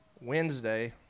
Wednesday